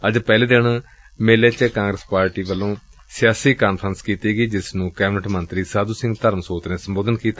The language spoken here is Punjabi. ਅੱਜ ਪਹਿਲੇ ਦਿਨ ਮੇਲੇ ਚ ਕਾਂਗਰਸ ਪਾਰਟੀ ਵੱਲੋ ਸਿਆਸੀ ਕਾਨਫਰੰਸ ਕੀਤੀ ਗਈ ਜਿਸ ਨੰ ਕੈਬਨਿਟ ਮੰਤਰੀ ਸਾਧੁ ਸਿੰਘ ਧਰਮਸੋਤ ਨੇ ਸੰਬੋਧਨ ਕੀਤਾ